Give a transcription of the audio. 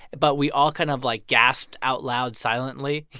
but we all kind of, like, gasped out loud silently,